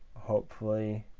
hopefully,